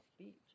speech